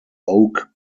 oak